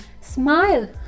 smile